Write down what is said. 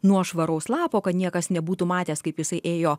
nuo švaraus lapo kad niekas nebūtų matęs kaip jisai ėjo